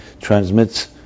transmits